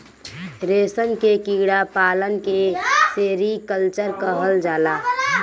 रेशम के कीड़ा पालन के सेरीकल्चर कहल जाला